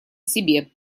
себе